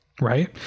Right